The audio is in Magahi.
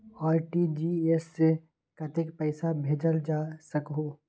आर.टी.जी.एस से कतेक पैसा भेजल जा सकहु???